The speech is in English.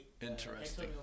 Interesting